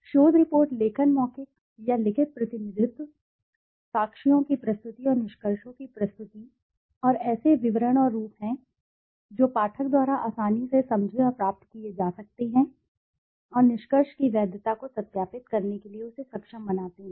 शोध रिपोर्ट लेखन मौखिक या लिखित प्रतिनिधित्व साक्ष्यों की प्रस्तुति और निष्कर्षों की प्रस्तुति और ऐसे विवरण और रूप हैं जो पाठक द्वारा आसानी से समझे और प्राप्त किए जा सकते हैं और निष्कर्ष की वैधता को सत्यापित करने के लिए उसे सक्षम बनाते हैं